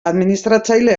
administratzaile